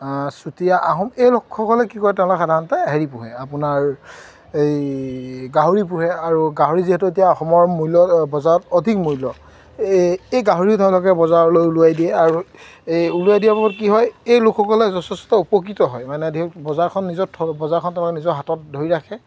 চুতীয়া আহোম এই লোকসকলে কি কয় তেওঁলোকে সাধাৰণতে হেৰি পোহে আপোনাৰ এই গাহৰি পোহে আৰু গাহৰি যিহেতু এতিয়া অসমৰ মূল্য বজাৰত অধিক মূল্য এই এই গাহৰি ধৰক বজাৰলৈ ওলোৱাই দিয়ে আৰু এই ওলাই দিয়াৰ বাবদ কি হয় এই লোকসকলে যথেষ্ট উপকৃত হয় মানে ধৰক বজাৰখন নিজৰ বজাৰখন তেওঁলোকে নিজৰ হাতত ধৰি ৰাখে